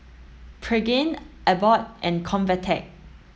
Pregain Abbott and Convatec